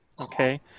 okay